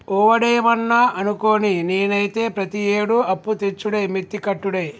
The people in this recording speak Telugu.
ఒవడేమన్నా అనుకోని, నేనైతే ప్రతియేడూ అప్పుతెచ్చుడే మిత్తి కట్టుడే